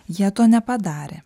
jie to nepadarė